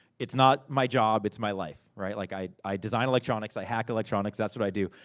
it's not my job, it's my life. right? like, i i design electronics. i hack electronics. that's what i do.